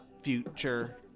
Future